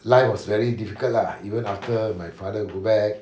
life was very difficult lah even after my father go back